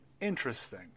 Interesting